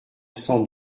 cent